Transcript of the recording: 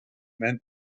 meant